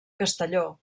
castelló